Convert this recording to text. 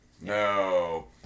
No